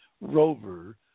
rover